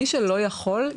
מי שלא יכול,